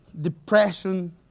depression